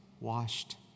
washed